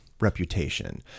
reputation